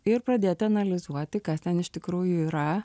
ir pradėti analizuoti kas ten iš tikrųjų yra